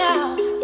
out